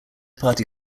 party